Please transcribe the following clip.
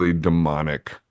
demonic